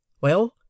Well